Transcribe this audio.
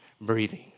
breathing